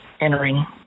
entering